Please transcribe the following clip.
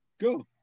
go